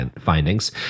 findings